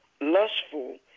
lustful